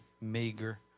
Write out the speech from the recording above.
meager